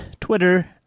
Twitter